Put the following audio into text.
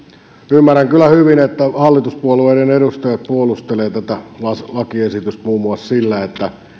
ymmärrän kyllä hyvin että hallituspuolueiden edustajat puolustelevat tätä lakiesitystä muun muassa sillä että